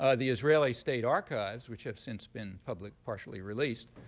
ah the israeli state archives, which have since been public partially released,